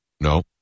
No